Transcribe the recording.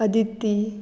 Aditya